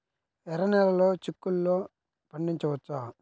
ఎర్ర నెలలో చిక్కుల్లో పండించవచ్చా?